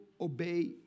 Obey